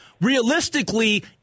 Realistically